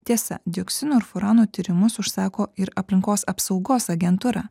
tiesa dioksinų ir furanų tyrimus užsako ir aplinkos apsaugos agentūra